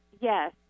Yes